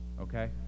Okay